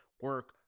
Work